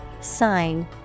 sign